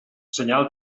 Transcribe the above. senyal